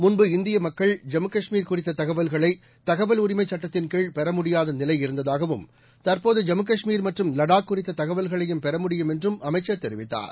முள்பு இந்திய மக்கள் ஜம்மு காஷ்மீர் குறித்த தகவல்களை தகவல் உரிமை சட்டத்தின்கீழ் பெறமுடியாத நிலை இருந்ததாகவும் தற்போது ஜம்மு காஷ்மீர் மற்றும் லடாக் குறித்த தகவல்களையும் பெற முடியும் என்றும் அமைச்சர் தெரிவித்தார்